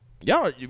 Y'all